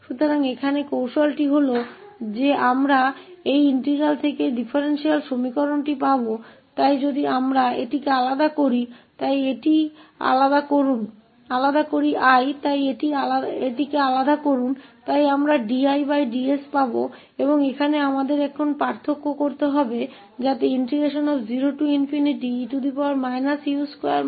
तो यहाँ चाल यह है कि हम इस अंतर समीकरण को इस अभिन्न से प्राप्त करेंगे इसलिए यदि हम इस 𝐼 को अलग करते हैं तो मैं इस wrt S को अलग करता हूं इसलिए हमें 𝑑I𝑑S मिलेगा और यहां हमें अब अंतर करना होगा ताकि0e u2 sk2u2du हो